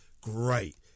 great